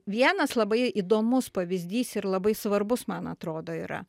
vienas labai įdomus pavyzdys ir labai svarbus man atrodo yra